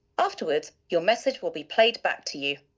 afterwards, your message will be played back to you.